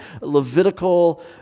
Levitical